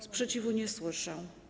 Sprzeciwu nie słyszę.